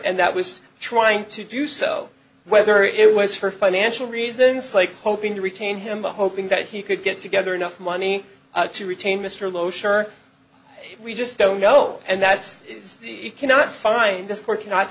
and that was trying to do so whether it was for financial reasons like hoping to retain him hoping that he could get together enough money to retain mr low sure we just don't know and that's cannot find this work an